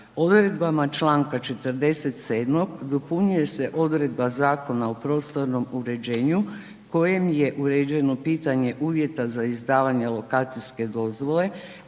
Odredbama čl. 47. dopunjuju se odredba Zakona o prostornom uređenju kojim je uređeno pitanje uvjeta za izdavanje lokacijske dozvole.